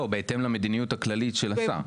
לא, בהתאם למדיניות הכללית של השר.